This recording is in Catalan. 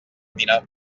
dinar